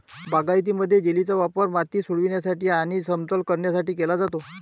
बागायतीमध्ये, जेलीचा वापर माती सोडविण्यासाठी आणि समतल करण्यासाठी केला जातो